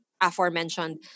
aforementioned